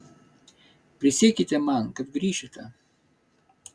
prisiekite man kad grįšite